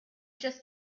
just